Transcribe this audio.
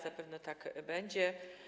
Zapewne tak będzie.